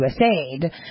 USAID